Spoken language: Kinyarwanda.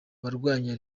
barwanya